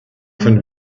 von